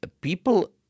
people